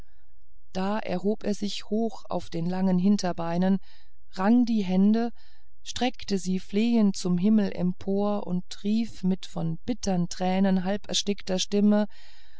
da erhob er sich hoch auf den langen hinterbeinen rang die hände streckte sie flehend zum himmel empor und rief mit von bittern tränen halberstickter stimme